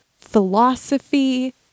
philosophy